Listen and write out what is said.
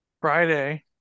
Friday